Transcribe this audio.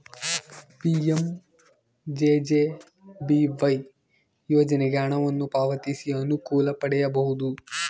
PMJJBY ಯೋಜನೆಗೆ ಹಣವನ್ನು ಪಾವತಿಸಿ ಅನುಕೂಲ ಪಡೆಯಬಹುದು